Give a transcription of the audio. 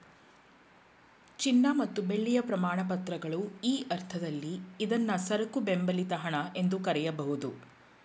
ಚಿನ್ನ ಮತ್ತು ಬೆಳ್ಳಿಯ ಪ್ರಮಾಣಪತ್ರಗಳು ಈ ಅರ್ಥದಲ್ಲಿ ಇದ್ನಾ ಸರಕು ಬೆಂಬಲಿತ ಹಣ ಎಂದು ಕರೆಯಬಹುದು